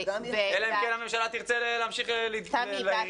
אלא אם כן הממשלה תרצה להמשיך לריב,